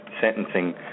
sentencing